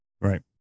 Right